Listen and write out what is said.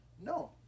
no